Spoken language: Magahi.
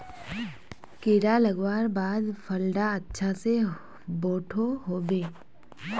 कीड़ा लगवार बाद फल डा अच्छा से बोठो होबे?